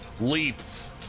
leaps